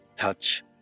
touch